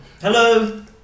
Hello